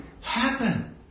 Happen